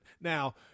now